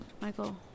Michael